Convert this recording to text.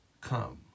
come